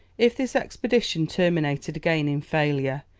if this expedition terminated again in failure,